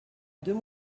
deux